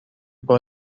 بار